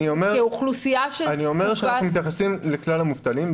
כאוכלוסייה שזקוקה --- אני אומר שאנחנו מתייחסים לכלל המובטלים,